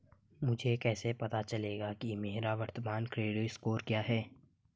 मुझे कैसे पता चलेगा कि मेरा वर्तमान क्रेडिट स्कोर क्या है?